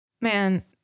Man